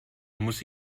muss